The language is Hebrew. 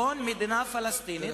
זה צריך